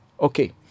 Okay